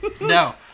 No